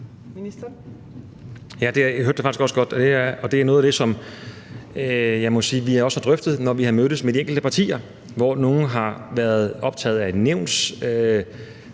det faktisk også godt, og det er noget af det, som jeg må sige vi også har drøftet, når vi har mødtes med de enkelte partier, hvor nogle har været optaget af